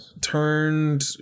turned